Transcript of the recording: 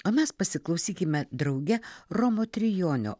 o mes pasiklausykime drauge romo trijonio